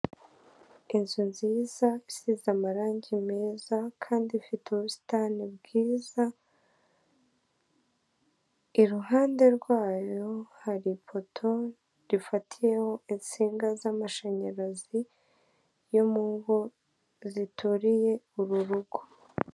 Inzu nziza, isize amarangi meza kandi ifite ubusitani bwiza, iruhande rwayo hari ipoto rufariyeho insinga z'amashanyarazi yo mu ngo zituriye uru rugo.